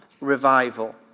revival